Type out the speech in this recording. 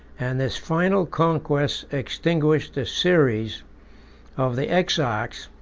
and this final conquest extinguished the series of the exarchs,